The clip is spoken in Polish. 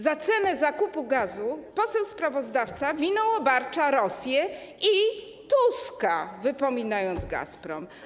Za cenę zakupu gazu poseł sprawozdawca winą obarcza Rosję i Tuska, wypominając Gazprom.